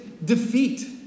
defeat